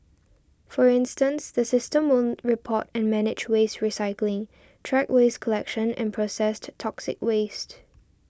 for instance the system will report and manage waste recycling track waste collection and processed toxic waste